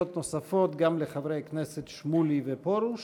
שאלות נוספות גם לחברי הכנסת שמולי ופרוש,